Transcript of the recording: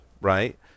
right